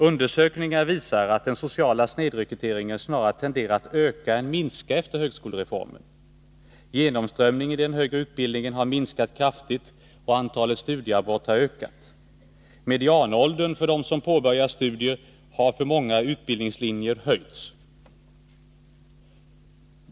Undersökningar visar att den sociala snedrekryteringen snarare tenderat att öka än minska efter högskolereformen. Genomströmningen i den högre utbildningen har minskat kraftigt, och antalet studieavbrott har ökat. Medianåldern för dem som påbörjar studier har för många utbildningslinjer höjts.